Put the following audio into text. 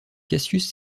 cassius